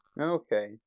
Okay